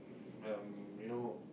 um you know